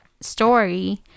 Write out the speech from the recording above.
story